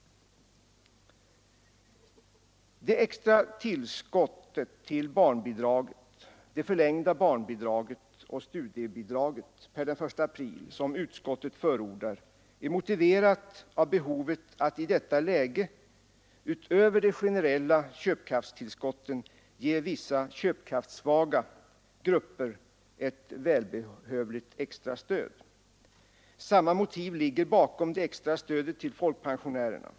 Det extra tillskottet till barnbidraget, det förlängda barnbidraget och studiebidraget per den 1 april, som utskottet förordar, är motiverat av behovet att i detta läge utöver de generella köpkraftstillskotten ge vissa köpkraftssvaga grupper ett välbehövligt extra stöd. Samma motiv ligger bakom det extra stödet till folkpensionärerna.